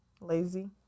lazy